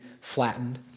flattened